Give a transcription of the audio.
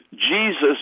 Jesus